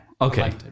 Okay